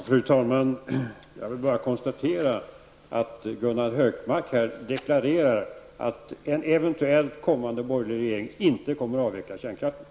Fru talman! Jag vill bara konstatera att Gunnar Hökmark här deklarerar att en eventuellt kommande borgerlig regering inte kommer att avveckla kärnkraften.